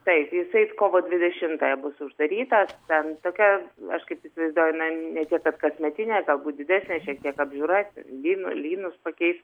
taip jisai kovo dvidešimtąją bus uždarytas ten tokia aš kaip įsivaizduoju ne tiek kad kasmetinė galbūt didesnė šiek tiek apžiūra lynu lynus pakeist